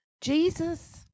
Jesus